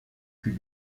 plus